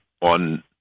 on